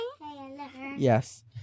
Yes